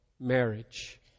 Marriage